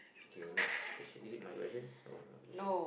okay next is isn't my question oh no it should